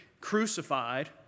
crucified